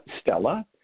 Stella